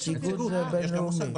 נציגות זה בין-לאומי.